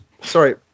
Sorry